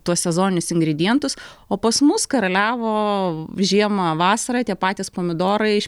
tuos sezoninius ingredientus o pas mus karaliavo žiemą vasarą tie patys pomidorai iš